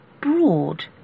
broad